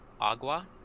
Agua